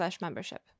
membership